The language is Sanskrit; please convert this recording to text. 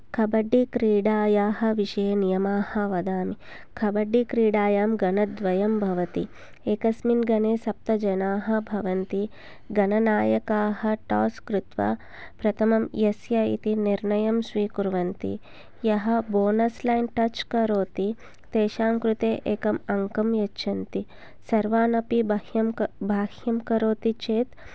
कबड्डि क्रिडायाः विषये नियमाः वदामि कबड्डि क्रिडायां गणद्वयं भवति एकस्मिन् गणे सप्तजनाः भवन्ति गणनायकः टास् कृत्वा प्रथमं यस्य इति निर्णयं स्वीकुर्वन्ति यः बोनस् लैन् टच् करोति तेषां कृते एकं अंकं यच्छन्ति सर्वान् अपि बह्यं बाह्यं करोति चेत्